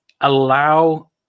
allow